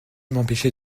m’empêcher